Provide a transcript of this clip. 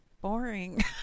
Boring